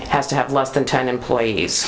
has to have less than ten employees